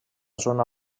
zona